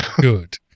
Good